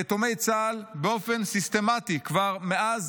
יתומי צה"ל, באופן סיסטמטי כבר מאז